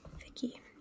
Vicky